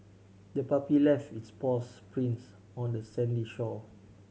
the puppy left its paws prints on the sandy shore